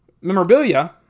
memorabilia